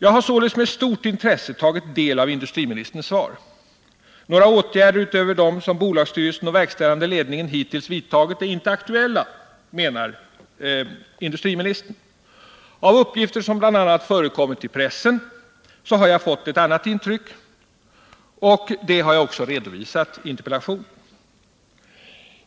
Jag har således med stort intresse tagit del av industriministerns svar. Några åtgärder utöver de som bolagsstyrelsen och verkställande ledningen hittills har vidtagit är inte aktuella, menar industriministern. Av uppgifter som bl.a. förekommit i pressen har jag fått ett annat intryck, och det har jag också redovisat i interpellationen.